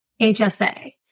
HSA